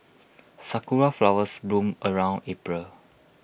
Sakura Flowers bloom around April